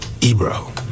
Ebro